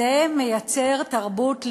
זה מייצר תרבות לינץ'